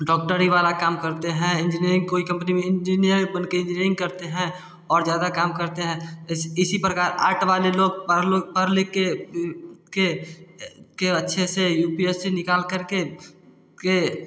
डॉक्टरी वाला काम करते हैं इंजीनियरिंग कोई कम्पनी में इंजिनियर बन के इंजीनियरिंग करते हैं और ज्यादा कम करते हैं तो इस इसी प्रकार आर्ट वाले लोग हर लोग पढ़ लिख के के अच्छे से यूपीएससी निकाल करके के